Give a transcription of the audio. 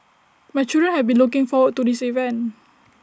my children have been looking forward to this event